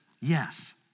Yes